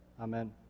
Amen